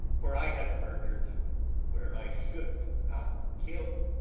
for i haue murthered where i should not kill.